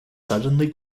suddenly